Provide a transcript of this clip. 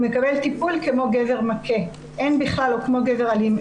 הוא מקבל טיפול כמו גבר מכה או כמו גבר אלים.